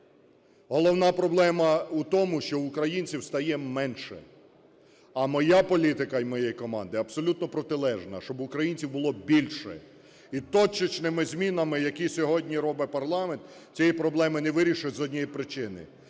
Головна проблема у тому, що українців стає менше. А моя політика і моєї команди абсолютно протилежна – щоб українців було більше. І точечними змінами, які сьогодні робить парламент, цієї проблеми не вирішить з однієї причини: